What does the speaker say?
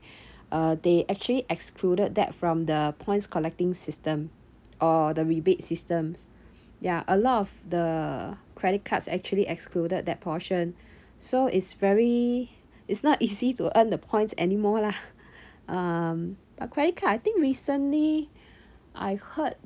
uh they actually excluded that from the points collecting system or the rebate systems ya a lot of the credit cards actually excluded that portion so is very it's not easy to earn the points anymore lah um but credit card I think recently I heard